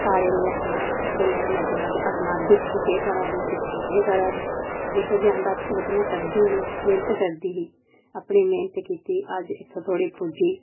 ऐ सारें मिगी हस्सना जेल्ले मैं नच्चना हस्सना दिक्खो केह् करा दी दिक्खो केह् करा दी जेहो जेहा आंदा ते ओह् ते मैं करदी ही मेहनत करदी ही अपने मेहनत करदी अज्ज इत्थै तोड़ी पुज्जी